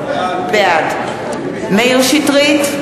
בעד מאיר שטרית,